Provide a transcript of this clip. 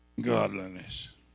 godliness